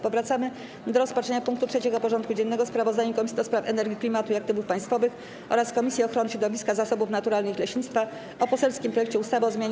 Powracamy do rozpatrzenia punktu 3. porządku dziennego: Sprawozdanie Komisji do Spraw Energii, Klimatu i Aktywów Państwowych oraz Komisji Ochrony Środowiska, Zasobów Naturalnych i Leśnictwa o poselskim projekcie ustawy o zmianie